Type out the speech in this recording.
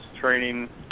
training